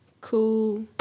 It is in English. Cool